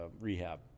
rehab